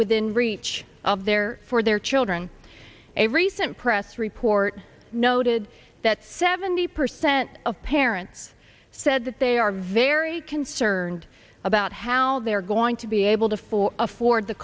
within reach of their for their children a recent press report noted that seventy percent of parents said that they are very concerned about how they're going to be able to for afford the